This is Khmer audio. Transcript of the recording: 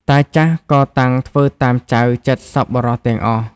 តាចាស់ ក៏តាំងធ្វើតាមចៅចិត្តសប្បុរសទាំងអស់ ។